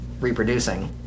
reproducing